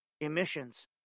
emissions